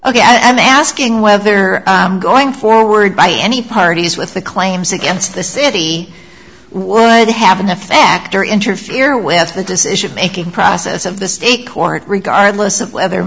ok i'm asking whether i'm going forward by any parties with the claims against the city would have been a factor interfere with the decision making process of the state court regardless of whether